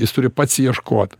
jis turi pats ieškot